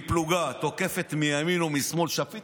אם פלוגה תוקפת מימין או משמאל, שפיט?